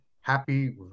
happy